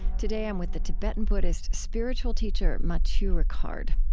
today, i'm with the tibetan buddhist spiritual teacher, matthieu ricard.